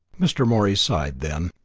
mr. morey sighed. then,